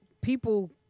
people